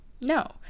no